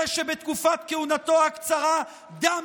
תודה רבה.